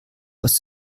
aus